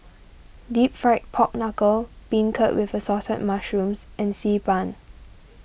Deep Fried Pork Knuckle Beancurd with Assorted Mushrooms and Xi Ban